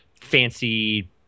fancy